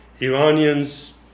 Iranians